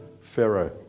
Pharaoh